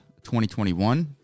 2021